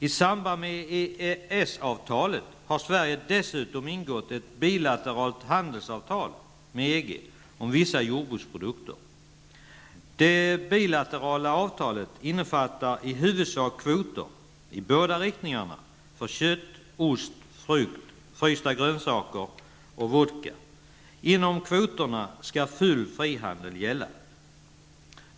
I samband med EES-avtalet har Sverige dessutom ingått ett bilateralt handelsavtal med EG om vissa jordbruksprodukter. Det bilaterala avtalet innefattar i huvudsak kvoter, i båda riktningarna, för kött, ost, frukt, frysta grönsaker och vodka. Inom kvoterna skall full frihandel gälla.